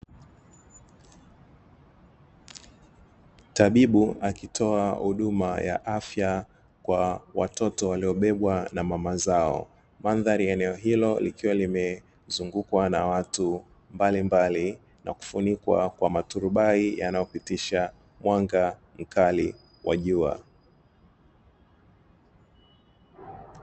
Tabibu akitoa huduma ya afya kwa watoto waliobebwa na mama zao mandhari eneo hilo likiwa limezungukwa na watu mbalimbali na kufunikwa kwa maturubai yanayopitisha mwanga mkali wa jua.